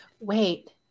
wait